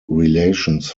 relations